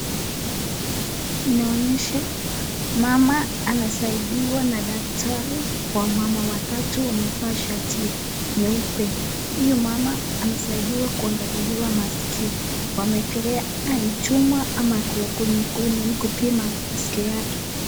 Inaonyesha mama anasaidiwa na daktari, wamama watatu wamevaa shati nyeupe. Huyo mama anasaidiwa kuangaliliwa maskio. Wameekelea chuma ama ni kupima maskio yake.